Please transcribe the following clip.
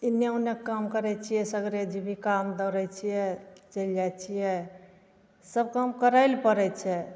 इन्ने उन्नेक काम करैत छियै सगरे जीबिकामे दौड़ैत छियै चलि जाइत छियै सब काम करै लए पड़ैत छै